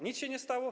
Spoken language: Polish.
Nic się nie stało?